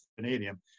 vanadium